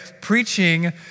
preaching